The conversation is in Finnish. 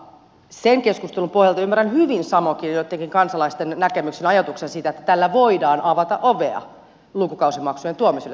sen keskustelun pohjalta ymmärrän hyvin samokin ja joittenkin kansalaisten näkemyksen ja ajatuksen siitä että tällä voidaan avata ovea lukukausimaksujen tuomiselle suomeen